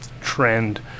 trend